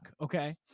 okay